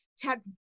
tech